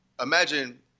imagine